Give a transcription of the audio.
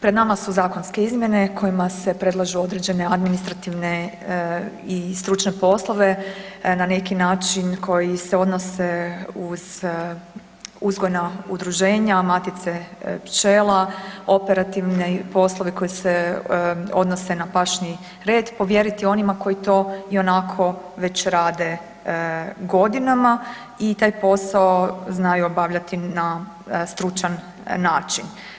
Pred nama su zakonske izmjene kojima se predlažu određene administrativne i stručne poslove na neki način koji se odnose uz uzgojna udruženja matice pčela, operativni poslovi koji se odnose na pašni red, povjeriti onima koji to ionako već rade godinama i taj posao znaju obavljati na stručan način.